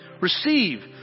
Receive